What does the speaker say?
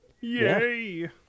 yay